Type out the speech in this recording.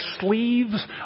sleeves